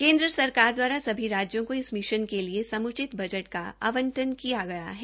केन्द्र सरकार दवारा सभी राज्यों को इस मिशन के लिए सम्चित बजट का आंब्टन किया गया है